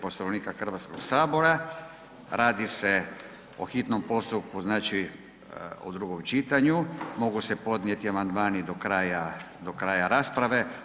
Poslovnika Hrvatskog sabora, radi se o hitnom postupku znači o drugom čitanju, mogu se podnijeti amandmani do kraja, do kraja rasprave.